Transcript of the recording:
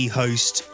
host